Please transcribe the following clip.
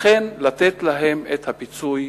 אכן לתת להם את הפיצוי